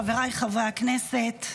חבריי חברי הכנסת,